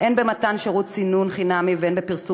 הן במתן שירות סינון חינמי והן בפרסום